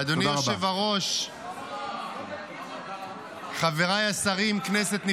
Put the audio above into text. אדוני היושב-ראש, חבריי השרים, כנסת נכבדה,